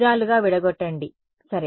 దాన్ని త్రిభుజాలుగా విడగొట్టండి సరే